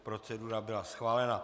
Procedura byla schválena.